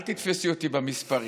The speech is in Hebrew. אל תתפסי אותי במספרים,